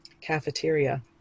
cafeteria